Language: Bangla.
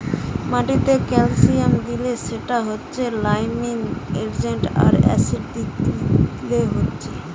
মাটিতে ক্যালসিয়াম দিলে সেটা হচ্ছে লাইমিং এজেন্ট আর অ্যাসিড দিলে হচ্ছে